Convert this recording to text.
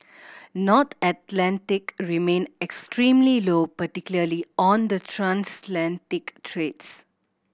North Atlantic remained extremely low particularly on the transatlantic trades